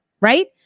right